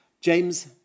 James